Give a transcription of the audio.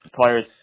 players